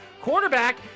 quarterback